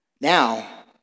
Now